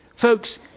Folks